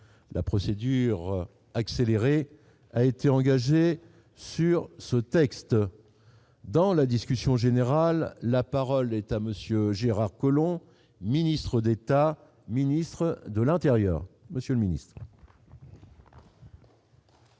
la procédure accélérée a été engagée sur ce texte dans la discussion générale, la parole est à monsieur Gérard Collomb, ministre d'État, ministre de l'Intérieur,